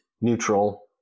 neutral